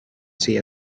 see